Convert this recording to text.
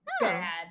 bad